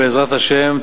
בעזרת השם,